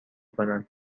کنن